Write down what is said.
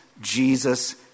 Jesus